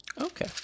Okay